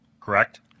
correct